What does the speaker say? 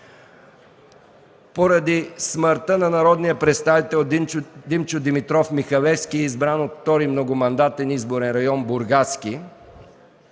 „Поради смъртта на народния представител Димчо Димитров Михалевски, избран от 2. многомандатен избирателен район – Бургаски,